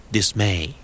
Dismay